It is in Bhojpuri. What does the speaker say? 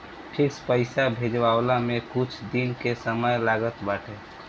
फिक्स पईसा भेजाववला में कुछ दिन के समय लागत बाटे